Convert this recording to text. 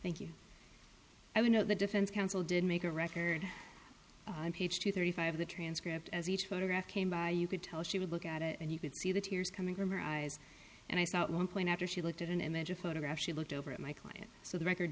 thank you i know the defense counsel did make a record to thirty five the transcript as each photograph came by you could tell she would look at it and you could see the tears coming from her eyes and i saw one point after she looked at an image a photograph she looked over at my client so the record